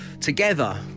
together